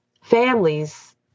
families